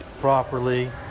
properly